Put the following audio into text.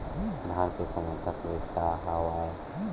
धान के समर्थन रेट का हवाय?